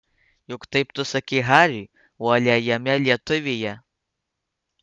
juk taip tu sakei hariui uoliajame lietuvyje